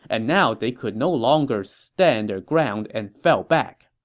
and now they could no longer stand their ground and fell back.